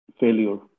failure